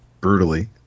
brutally